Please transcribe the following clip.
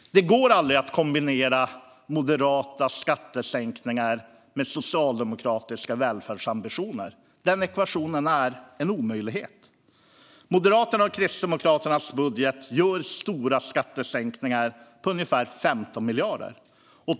Det går aldrig att kombinera moderata skattesänkningar med socialdemokratiska välfärdsambitioner. Den ekvationen är en omöjlighet. Moderaternas och Kristdemokraternas budget innebär stora skattesänkningar på ungefär 15 miljarder kronor.